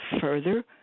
further